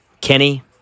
Kenny